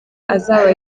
azaba